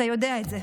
אתה יודע את זה.